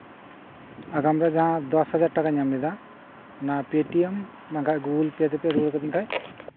ᱟᱜᱟᱢᱨᱮ ᱡᱟᱸᱦᱟ ᱫᱚᱥ ᱦᱟᱡᱟᱨ ᱴᱟᱠᱟᱧ ᱮᱢ ᱞᱮᱫᱟ ᱚᱱᱟ ᱯᱮᱴᱤᱮᱢ ᱵᱟᱠᱷᱟᱡ ᱜᱩᱜᱳᱞ ᱯᱮ ᱛᱮᱯᱮ ᱨᱩᱣᱟᱹᱲ ᱠᱟᱹᱛᱤᱧ ᱠᱷᱟᱡ